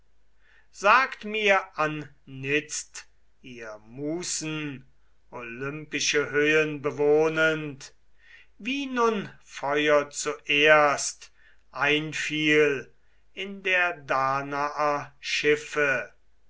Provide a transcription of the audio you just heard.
sagt mir anitzt ihr musen olympische höhen bewohnend wie nun feuer zuerst einfiel in der danaer